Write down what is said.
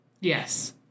Yes